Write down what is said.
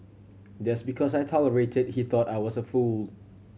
just because I tolerated he thought I was a fool